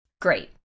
Great